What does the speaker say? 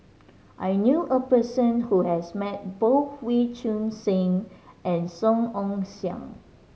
I knew a person who has met both Wee Choon Seng and Song Ong Siang